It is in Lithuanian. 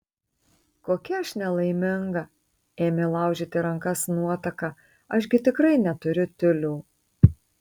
kokia aš nelaiminga ėmė laužyti rankas nuotaka aš gi tikrai neturiu tiulių